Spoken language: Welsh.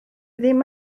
ddim